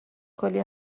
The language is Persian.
کلی